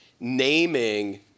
naming